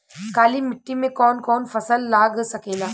काली मिट्टी मे कौन कौन फसल लाग सकेला?